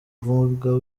mwuga